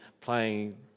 playing